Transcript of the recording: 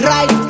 Right